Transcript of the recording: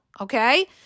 okay